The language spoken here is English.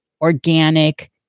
organic